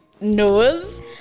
Knows